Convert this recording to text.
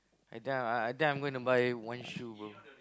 I think I I I think I'm gonna buy one shoe bro